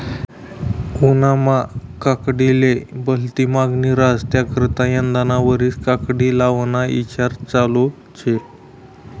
उन्हायामा काकडीले भलती मांगनी रहास त्याकरता यंदाना वरीस काकडी लावाना ईचार चालू शे